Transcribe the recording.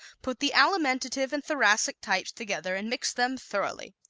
put the alimentive and thoracic types together and mix them thoroughly.